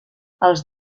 els